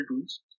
tools